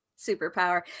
Superpower